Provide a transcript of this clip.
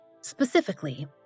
Specifically